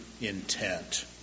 intent